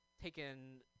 taken